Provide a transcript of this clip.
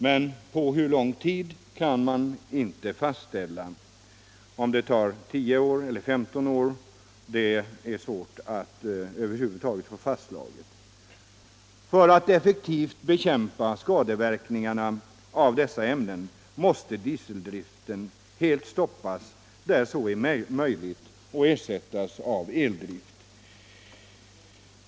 Men hur lång tid det är fråga om i sammanhanget kan man inte fastställa — om det tar tio eller femton år innan verkningarna ger sig ull känna är svårt att få fastslaget. För att effektivt bekämpa skadeverkningarna av dessa ämnen måste man helt stoppa dieseldriften där så är möjligt och ersätta den med eldrift.